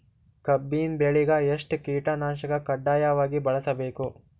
ಕಬ್ಬಿನ್ ಬೆಳಿಗ ಎಷ್ಟ ಕೀಟನಾಶಕ ಕಡ್ಡಾಯವಾಗಿ ಬಳಸಬೇಕು?